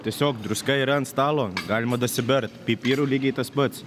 tiesiog druska yra ant stalo galima dasibert pipirų lygiai tas pats